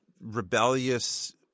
rebellious